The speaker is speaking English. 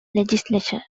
legislature